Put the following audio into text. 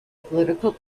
political